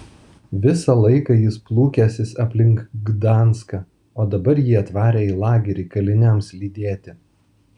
visą laiką jis plūkęsis aplink gdanską o dabar jį atvarę į lagerį kaliniams lydėti